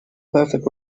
perfect